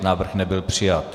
Návrh nebyl přijat.